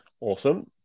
Awesome